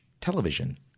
television